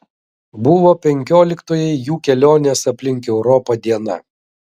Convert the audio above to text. buvo penkioliktoji jų kelionės aplink europą diena